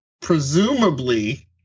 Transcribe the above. presumably